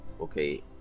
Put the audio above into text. okay